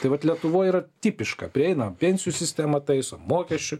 tai vat lietuvoj yra tipiška prieina pensijų sistemą taiso mokesčių